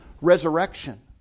resurrection